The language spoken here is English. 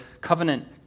covenant